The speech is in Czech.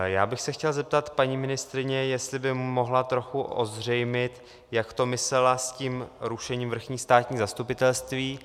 Já bych se chtěl zeptat paní ministryně, jestli by mi mohla trochu ozřejmit, jak to myslela s tím rušením vrchních státních zastupitelství.